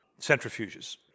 centrifuges